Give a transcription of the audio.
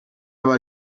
aber